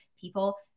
people